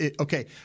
Okay